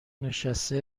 نشسته